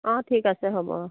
অঁ ঠিক আছে হ'ব অঁ